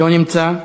לא נמצא,